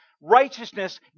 righteousness